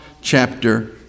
chapter